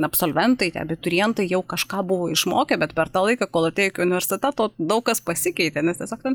absolventai tie abiturientai jau kažką buvo išmokę bet per tą laiką kol atėjo iki universiteto daug kas pasikeitė nes tiesiog ten